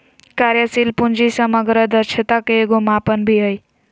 कार्यशील पूंजी समग्र दक्षता के एगो मापन भी हइ